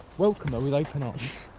welcome her with open arms,